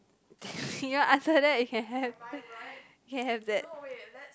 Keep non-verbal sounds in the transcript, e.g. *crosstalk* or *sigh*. *laughs* you want answer that you can have you can have that